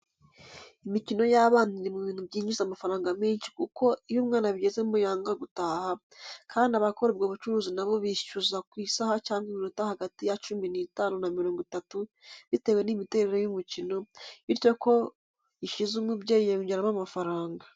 Imikino y'abana iri mu bintu byinjiza amafaranga menshi kuko iyo umwana abigezemo yanga gutaha, kandi abakora ubwo bucuruzi nabo bishyuza ku isaha cyangwa iminota hagati ya cumi n'itanu na mirongo itatu bitewe n'imiterere y'umukino, bityo uko ishize umubyeyi yongeramo amafaranga.